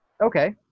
Okay